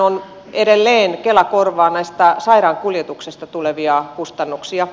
meillähän edelleen kela korvaa näistä sairaankuljetuksista tulevia kustannuksia